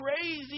crazy